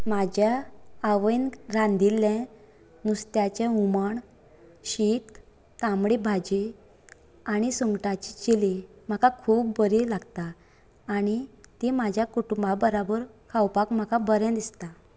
म्हाज्या आवयन रांदिल्ले नुस्त्याचें हुमण शीत तांबडी भाजी आनी सुंगटाची चिली म्हाका खूब बरी लागता आनी ती म्हाज्या कुटुबां बराबर खावपाक खूब बरें दिसता